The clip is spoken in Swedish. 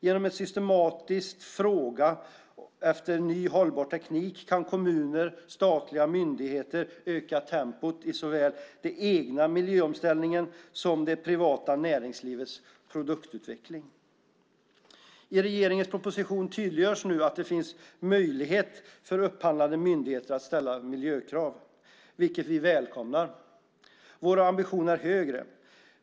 Genom att systematiskt fråga efter ny hållbar teknik kan kommuner och statliga myndigheter öka tempot i såväl den egna miljöomställningen som det privata näringslivets produktutveckling. I regeringens proposition tydliggörs nu att det finns möjlighet för upphandlande myndigheter att ställa miljökrav, vilket vi välkomnar. Vår ambition är högre.